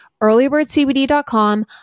earlybirdcbd.com